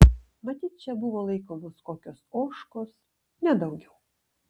matyt čia buvo laikomos kokios ožkos nedaugiau